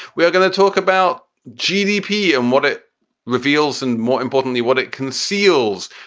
we are going to talk about gdp and what it reveals and more importantly, what it conceals.